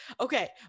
okay